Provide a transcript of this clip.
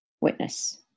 witness